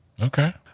Okay